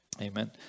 Amen